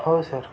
हो सर